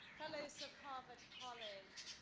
fellows of harvard college,